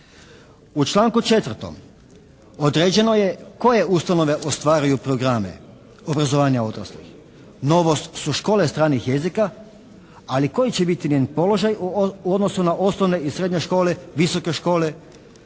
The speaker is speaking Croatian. U članku 4. određeno je koje ustanove ostvaruju programe obrazovanja odraslih. Novost su škole stranih jezika, ali koji će biti njen položaj u odnosu na osnovne i srednje škole, visoke škole,